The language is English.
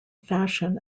fashion